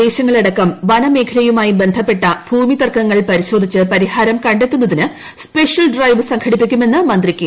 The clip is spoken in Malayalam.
രാജു പരിസ്ഥിതി ലോല പ്രദേശങ്ങളടക്കം വനമേഖലയുമായി ബന്ധപ്പെട്ട ഭൂമി തർക്കങ്ങൾ പരിശോധിച്ച് പരിഹാരം കണ്ടെത്തുന്നതിന് സെപഷ്യൽ ഡ്രൈവ് സംഘടിപ്പിക്കുമെന്ന് മന്ത്രി കെ